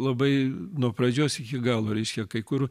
labai nuo pradžios iki galo reiškia kai kur